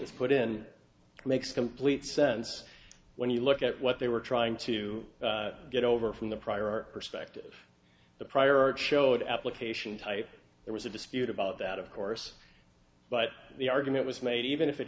is put in makes complete sense when you look at what they were trying to get over from the prior art perspective the prior art showed application type there was a dispute about that of course but the argument was made even if it